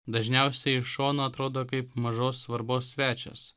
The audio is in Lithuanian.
dažniausiai iš šono atrodo kaip mažos svarbos svečias